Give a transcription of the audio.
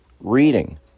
reading